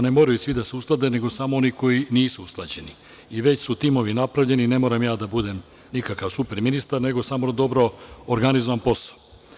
Ne moraju svi da se usklade nego samo oni koji nisu usklađeni i već su timovi napravljeni, ne moram ja da budem nikakav super ministar, nego samo dobro organizovan posao.